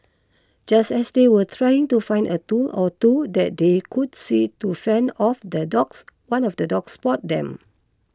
just as they were trying to find a tool or two that they could see to fend off the dogs one of the dogs spotted them